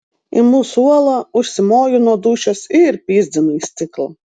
imu suolą užsimoju nuo dūšios ir pyzdinu į stiklą